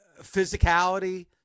physicality